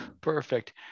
Perfect